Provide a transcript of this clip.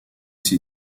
ses